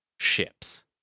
ships